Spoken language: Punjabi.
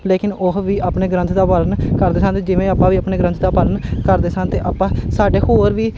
ਲੇਕਿਨ ਉਹ ਵੀ ਆਪਣੇ ਗ੍ਰੰਥ ਦਾ ਪਾਲਨ ਕਰਦੇ ਸਨ ਜਿਵੇਂ ਆਪਾਂ ਵੀ ਆਪਣੇ ਗ੍ਰੰਥ ਦਾ ਪਾਲਣ ਕਰਦੇ ਸਨ ਅਤੇ ਆਪਾਂ ਸਾਡੇ ਹੋਰ ਵੀ